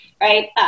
right